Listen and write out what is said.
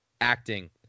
acting